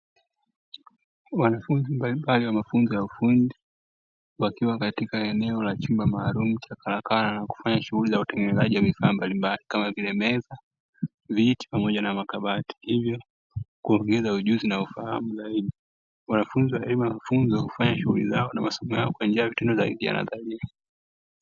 Wanafunzi mbalimbali wa mafunzo ya ufundi, wakiwa katika eneo la chumba maalumu cha karakana, na kufanya shughuli za utengenezaji wa vifaa mbalimbali, kama vile; meza, viti pamoja na makabati, hivyo kuongeza ujuzi na ufahamu zaidi. Wanafunzi wa elimu ya mafunzo hufanya shughuli zao na masomo yao kwa njia ya vitendo zaidi vya nadharia.